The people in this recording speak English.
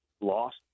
lost